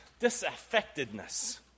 disaffectedness